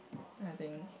I think